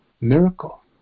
Miracle